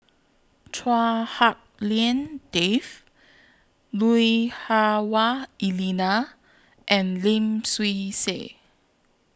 Chua Hak Lien Dave Lui Hah Wah Elena and Lim Swee Say